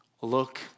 look